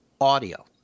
audio